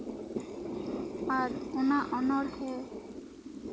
ᱟᱨ ᱚᱱᱟ ᱚᱱᱚᱬᱦᱮ